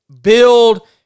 build